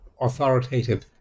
authoritative